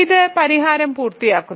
ഇത് പരിഹാരം പൂർത്തിയാക്കുന്നു